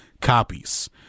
copies